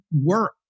work